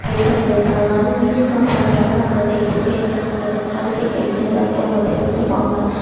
பேச முடியாது அதனால் வீடியோ கான்ஃபரன்ஸ்சால் நம்மளோட எஜுகேஷன் நம்மளோட குவாலிஃபிகேஷன் எல்லாத்தையும் அவங்க தெரிஞ்சுப்பாங்க